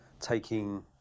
taking